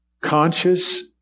conscious